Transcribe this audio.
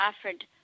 offered